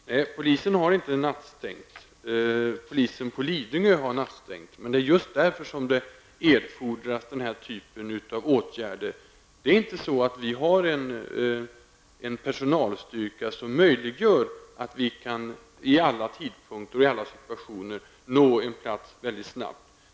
Fru talman! Polisen har inte nattstängt. Polisen på Lidingö har nattstängt. Det är därför det erfordras denna typ av åtgärder. Vi har inte en personalstyrka som gör att man vid alla tidpunkter och vid alla situationer kan nå en plats mycket snabbt.